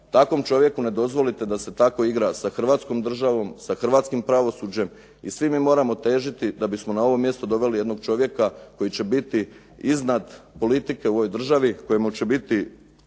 takvom čovjeku ne dozvolite da se tako igra sa hrvatskom državom, sa hrvatskim pravosuđem, i svi mi moramo težiti da bismo na ovo mjesto doveli jednog čovjeka koji će biti iznad politike u ovoj državi, kojemu će biti